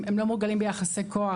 הם לא מורגלים ביחסי כוח,